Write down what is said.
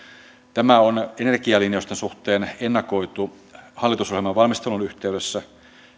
tämä on energialinjausten suhteen ennakoitu hallitusohjelman valmistelun yhteydessä